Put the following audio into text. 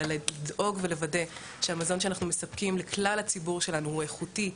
אלא לדאוג ולוודא שהמזון שאנחנו מספקים לכלל הציבור שלנו הוא איכותי,